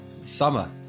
Summer